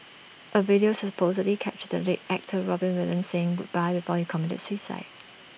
A video supposedly captured the late actor Robin Williams saying goodbye before he committed suicide